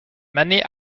many